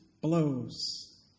blows